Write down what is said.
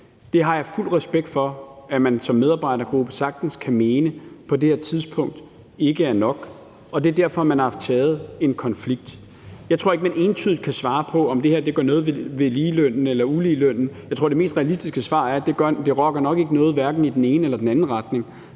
Det har jeg fuld respekt for at man som medarbejdergruppe sagtens kan mene på det her tidspunkt ikke er nok, og det er derfor, man har taget en konflikt. Jeg tror ikke, at man entydigt kan svare på, om det her gør noget ved ligelønnen eller uligelønnen; jeg tror, det mest realistiske svar er, at det nok ikke rokker noget i hverken den ene eller den anden retning.